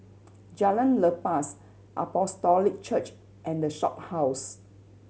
Jalan Lepas Apostolic Church and The Shophouse